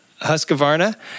Husqvarna